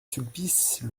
sulpice